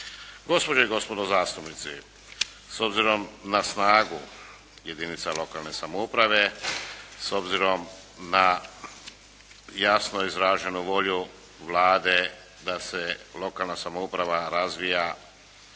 Gospođe i gospodo zastupnici, s obzirom na snagu jedinica lokalne samouprave, s obzirom na jasno izraženu volju Vlade da se lokalna samouprava razvija